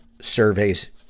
surveys